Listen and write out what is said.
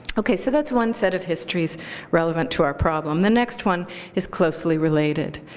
ok. so that's one set of histories relevant to our problem. the next one is closely related.